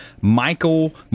michael